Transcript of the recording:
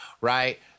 right